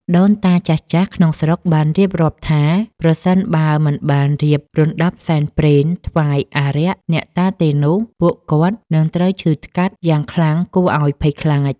ដូនតាចាស់ៗក្នុងស្រុកបានរៀបរាប់ថា ប្រសិនបើមិនបានរៀបរណ្ដាប់សែនព្រេនថ្វាយអារក្ស អ្នកតាទេនោះ ពួកគាត់នឹងត្រូវឈឺថ្កាត់យ៉ាងខ្លាំងគួរឲ្យភ័យខ្លាច។